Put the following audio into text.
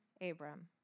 Abram